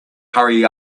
hurry